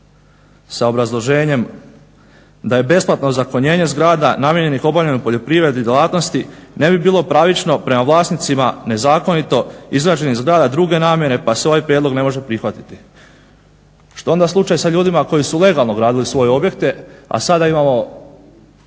sa obrazloženjem da je besplatno ozakonjenje zgrada namijenjenih obavljanju poljoprivrednoj djelatnosti ne bi bilo pravično prema vlasnicima, nezakonito izgrađenih zgrada druge namjere pa se ovaj prijedlog ne može prihvatiti. Što je onda slučaj koji su legalno gradili svoje objekte a sada imamo